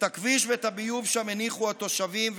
את הכביש ואת הביוב שם הניחו התושבים,